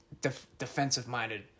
defensive-minded